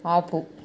ఆపు